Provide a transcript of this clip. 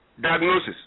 diagnosis